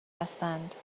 هستند